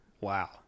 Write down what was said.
Wow